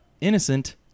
innocent